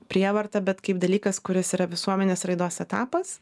prievarta bet kaip dalykas kuris yra visuomenės raidos etapas